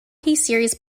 series